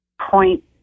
point